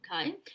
okay